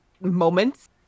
moments